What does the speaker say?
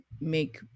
make